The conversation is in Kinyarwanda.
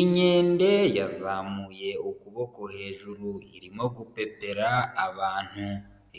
Inkende yazamuye ukuboko hejuru irimo gupepera abantu.